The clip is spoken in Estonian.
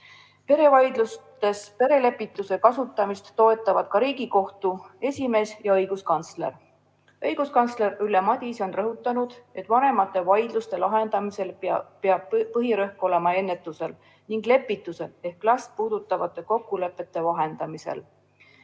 leppida. Perevaidlustes perelepituse kasutamist toetavad ka Riigikohtu esimees ja õiguskantsler. Õiguskantsler Ülle Madise on rõhutanud, et vanemate vaidluste lahendamisel peab põhirõhk olema ennetusel ning lepitusel ehk last puudutavate kokkulepete vahendamisel.